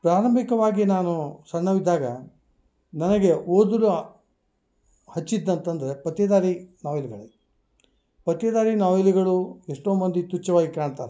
ಪ್ರಾರಂಭಿಕವಾಗಿ ನಾನು ಸಣ್ಣವ ಇದ್ದಾಗ ನನಗೆ ಓದುರ ಹಚ್ಚಿದ್ದು ಅಂತಂದ್ರೆ ಪತ್ತೇದಾರಿ ನಾವೆಲ್ಗಳು ಪತ್ತೇದಾರಿ ನಾವೆಲುಗಳು ಎಷ್ಟೋ ಮಂದಿ ತುಚ್ಛವಾಗಿ ಕಾಣ್ತಾರೆ